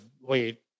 wait